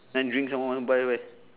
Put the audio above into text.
then drink some more want to buy where